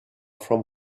from